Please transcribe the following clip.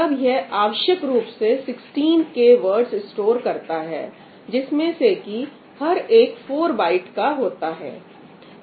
तब यह आवश्यक रूप से 16 K वर्ड्स स्टोर करता है जिसमें से की हर एक 4 बाइट का होता है